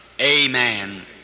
amen